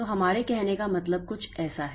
तो हमारे कहने का मतलब कुछ ऐसा है